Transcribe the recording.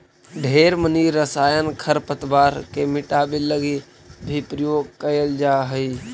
ढेर मनी रसायन खरपतवार के मिटाबे लागी भी प्रयोग कएल जा हई